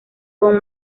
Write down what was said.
con